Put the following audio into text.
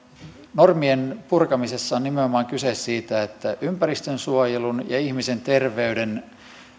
normien purkamisessa on nimenomaan kyse siitä että ympäristönsuojelun ja ihmisen terveyden